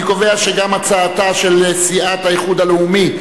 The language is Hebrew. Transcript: אני קובע שגם הצעתה של סיעת האיחוד הלאומי,